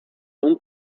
aun